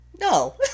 No